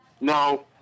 No